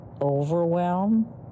overwhelm